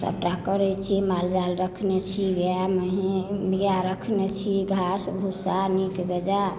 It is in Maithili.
सभटा करै छी माल जाल रखने छी गाय महिष रखने छी घास भुसा नीक बेजाय